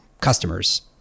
customers